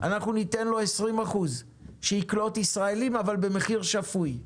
20% שיקלוט ישראלים אבל במחיר שפוי.